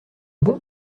bon